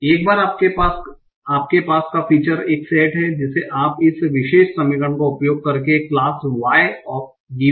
एक बार आपके पास का फीचर्स एक सेट है जिसे आप इस विशेष समीकरण का उपयोग क्लास y